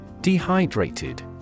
Dehydrated